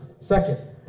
Second